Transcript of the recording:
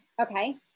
okay